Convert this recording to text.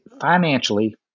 financially